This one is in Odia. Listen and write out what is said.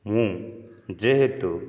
ମୁଁ ଯେହେତୁ